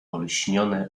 olśnione